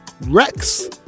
Rex